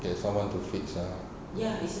get someone to fix lah